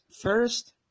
First